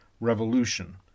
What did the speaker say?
Revolution